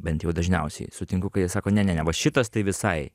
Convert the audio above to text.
bent jau dažniausiai sutinku kai jie sako ne ne ne va šitas tai visai